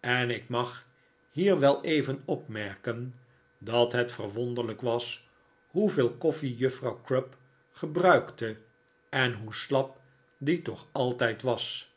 enl ik mag hier wel even opmerken dat net verwonderlijk was hoeveel koffie juffrouw crupp gebruikte en hoe slap die toch altijd was